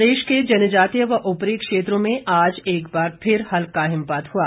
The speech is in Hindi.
मौसम प्रदेश के जनजातीय व ऊपरी क्षेत्रों में आज एक बार फिर हल्का हिमपात हआ